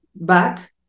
back